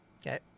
Okay